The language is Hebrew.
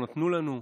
לא נתנו לנו.